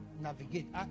navigate